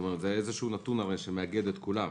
זה נתון שמאגד את כולם.